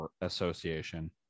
Association